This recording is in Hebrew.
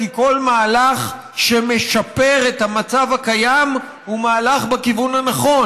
כי כל מהלך שמשפר את המצב הקיים הוא מהלך בכיוון הנכון,